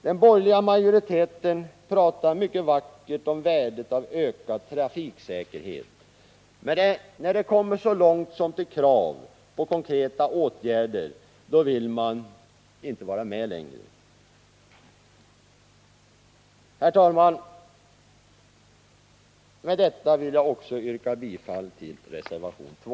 Den borgerliga majoriteten pratar mycket vackert om värdet av ökad trafiksäkerhet, men när det kommer så långt som till krav på konkreta åtgärder vill man inte vara med längre. Herr talman! Med detta vill jag yrka bifall också till reservation 2.